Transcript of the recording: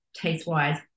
taste-wise